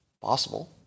Possible